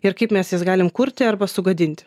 ir kaip mes jas galim kurti arba sugadinti